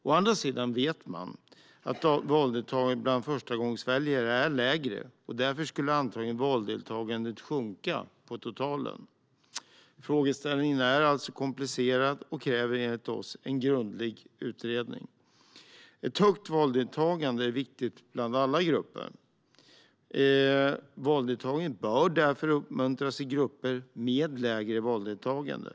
Å andra sidan vet man att valdeltagandet bland förstagångsväljare är lägre, och därför skulle antagligen valdeltagandet sjunka på totalen. Frågeställningen är alltså komplicerad och kräver enligt oss en grundlig utredning. Ett högt valdeltagande är viktigt bland alla grupper. Valdeltagandet bör därför uppmuntras i grupper med lägre valdeltagande.